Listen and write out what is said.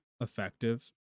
effective